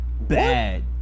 bad